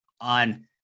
on